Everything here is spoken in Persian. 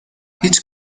هیچ